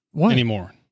anymore